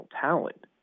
talent